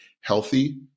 healthy